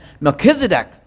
Melchizedek